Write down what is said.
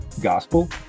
gospel